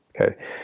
Okay